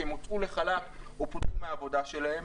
כי הם הוצאו לחל"ת או פוטרו מהעבודה שלהם.